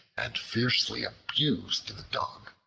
and fiercely abused the dog.